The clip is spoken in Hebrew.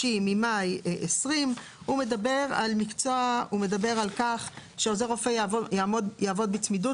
הזה ממאי 2020. הוא מדבר על כך שעוזר רופא יעבוד בצמידות